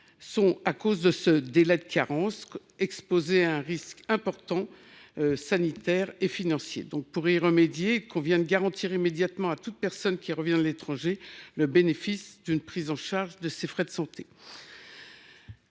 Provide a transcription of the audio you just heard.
l’étranger. Ce délai de carence les expose à des risques sanitaires et financiers importants. Pour y remédier, il convient de garantir immédiatement à toute personne qui revient de l’étranger le bénéfice d’une prise en charge de ses frais de santé.